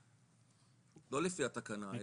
לא לפי התקנה,